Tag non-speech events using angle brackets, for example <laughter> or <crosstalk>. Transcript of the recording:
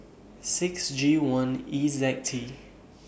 six G one E Z T <noise>